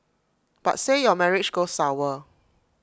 but say your marriage goes sour